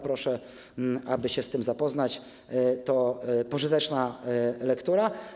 Proszę się z tym zapoznać, to pożyteczna lektura.